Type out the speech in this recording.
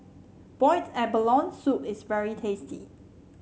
Boiled Abalone Soup is very tasty